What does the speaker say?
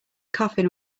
coffin